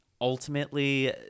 Ultimately